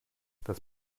das